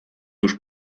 już